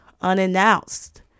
unannounced